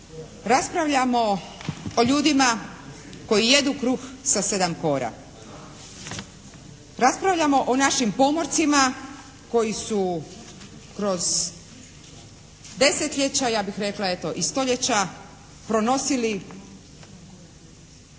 raspravljamo o ljudima koji jedu kruh sa sedam kora. Raspravljamo o našim pomorcima koji su kroz desetljeća, ja bih